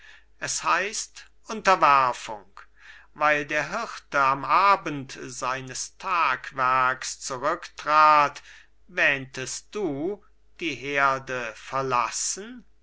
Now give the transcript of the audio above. es heißt unterwerfung weil der hirte am abend seines tagwerks zurücktrat wähntest du die herde verlassen